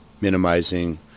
minimizing